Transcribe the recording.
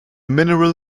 mineral